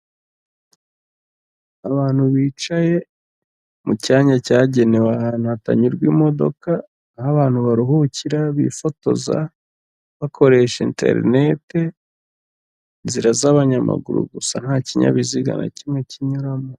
Abantu bicaye mu cyanya cyagenewe ahantu hatanyurwa imodoka, aho abantu baruhukira bifotoza, bakoresha enterineti, inzira z'abanyamaguru gusa nta kinyabiziga na kimwe kinyuramo.